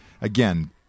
again